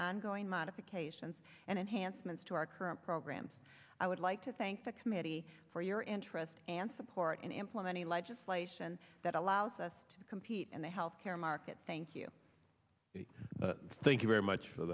ongoing modifications and enhancements to our current programs i would like to thank the committee for your interest and support in implementing legislation that allows us to compete in the health care market thank you thank you very much for